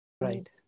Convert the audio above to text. Right